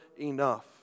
enough